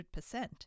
100%